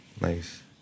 Nice